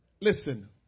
Listen